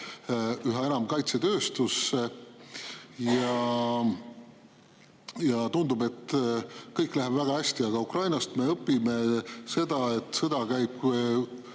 üha enam kaitsetööstusse. Tundub, et kõik läheb väga hästi. Aga Ukrainast me õpime seda, et sõda käib kuues